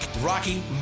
Rocky